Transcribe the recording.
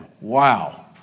Wow